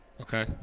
Okay